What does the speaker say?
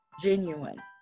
genuine